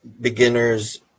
beginners